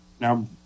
now